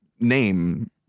name